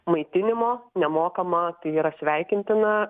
maitinimo nemokama tai yra sveikintina